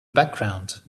background